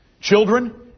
Children